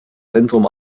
zentrum